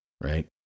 Right